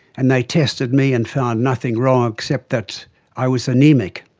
and they tested me and found nothing wrong except that i was anaemic,